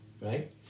right